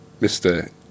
Mr